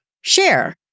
share